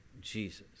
Jesus